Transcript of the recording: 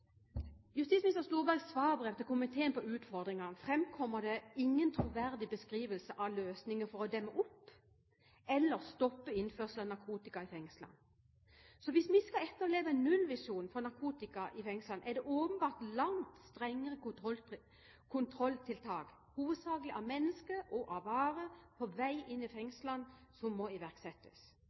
justisminister Storbergets svarbrev til komiteen på utfordringene framkommer det ingen troverdig beskrivelse av løsninger for å demme opp for eller stoppe innførselen av narkotika i fengslene. Hvis man skal etterleve en nullvisjon for narkotika i fengslene, er det åpenbart langt strengere kontrolltiltak, hovedsakelig av mennesker og varer på vei inn i fengslene, som må iverksettes.